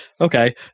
okay